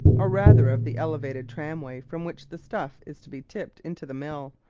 or rather of the elevated tramway from which the stuff is to be tipped into the mill,